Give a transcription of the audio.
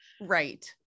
Right